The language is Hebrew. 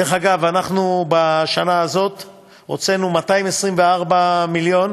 דרך אגב, בשנה הזאת אנחנו הוצאנו 224 מיליון